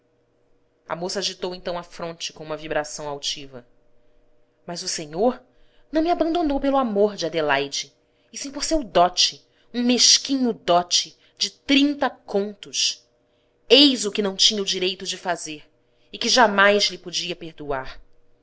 a moça agitou então a fronte com uma vibração altiva mas o senhor não me abandonou pelo amor de adelaide e sim por seu dote um mesquinho dote de trinta contos eis o que não tinha o direito de fazer e que jamais lhe podia perdoar